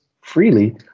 freely